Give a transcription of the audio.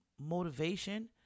motivation